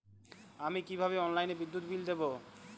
আমি কিভাবে অনলাইনে বিদ্যুৎ বিল দেবো?